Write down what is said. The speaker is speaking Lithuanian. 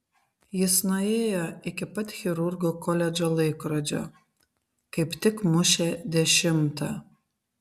jis nuėjo iki pat chirurgų koledžo laikrodžio kaip tik mušė dešimtą